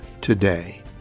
today